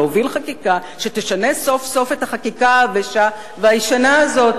להוביל חקיקה שתשנה סוף-סוף את החקיקה העבשה והישנה הזאת